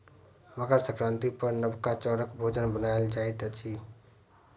मकर संक्रांति पर नबका चौरक भोजन बनायल जाइत अछि